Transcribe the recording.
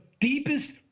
deepest